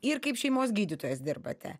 ir kaip šeimos gydytojas dirbate